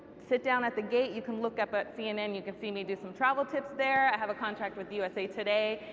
sit down at the gate, you can look up at cnn, you can see me do some travel tips there. i have a contract with usa today,